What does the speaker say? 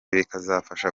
bikazafasha